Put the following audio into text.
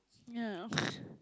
ya